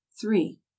Three